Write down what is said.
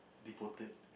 deported